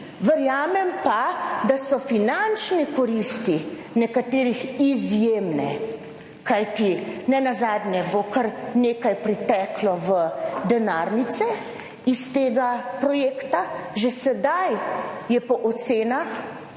Verjamem pa, da so finančne koristi nekaterih izjemne, kajti nenazadnje bo kar nekaj priteklo v denarnice iz tega projekta. Že do sedaj je po ocenah